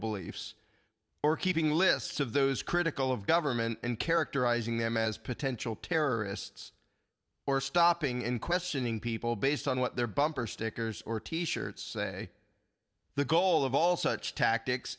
beliefs or keeping lists of those critical of government and characterizing them as potential terrorists or stopping in questioning people based on what their bumper stickers or t shirts say the goal of all such tactics